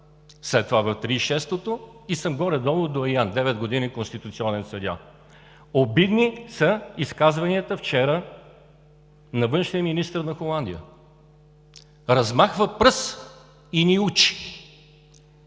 народно събрание, и съм горе-долу доайен – девет години конституционен съдия. Обидни са изказванията вчера на външния министър на Холандия. Размахва пръст и ни учи.